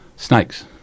Snakes